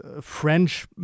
French